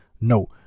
No